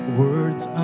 words